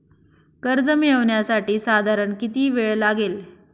कर्ज मिळविण्यासाठी साधारण किती वेळ लागेल?